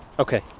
okay.